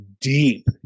deep